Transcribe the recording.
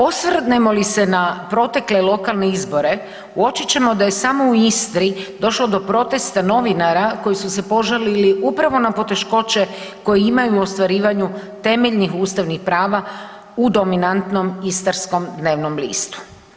Osvrnemo li se na protekle lokalne izbore uočit ćemo da je samo u Istri do došlo do protesta novinara koji su se požalili upravo na poteškoće koje imaju u ostvarivanju temeljnih ustavnih prava u dominantnom istarskom dnevnom listu.